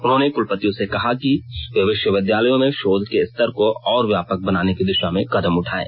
उन्होंने कुलपतियों से कहा कि वे विश्वविद्यालयों में शोध के स्तर को और व्यापक बनाने की दिशा में कदम उठाएं